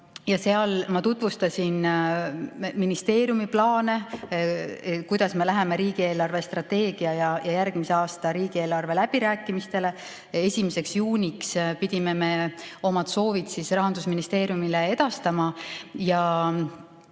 Seal ma tutvustasin ministeeriumi plaane, kuidas me läheme riigi eelarvestrateegia ja järgmise aasta riigieelarve läbirääkimistele. 1. juuniks pidime me oma soovid Rahandusministeeriumile edastama.